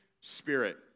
spirit